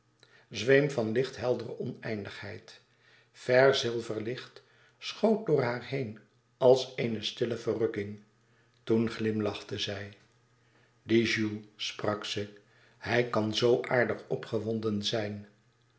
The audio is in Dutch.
zweem van licht heldere oneindigheid vèr zilver licht schoot door haar heen als eene stille verrukking toen lachte zij die jules sprak ze hij kan zoo aardig opgewonden zijn